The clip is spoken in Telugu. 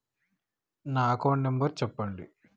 నా అకౌంట్ నంబర్ చెప్పండి?